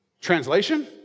Translation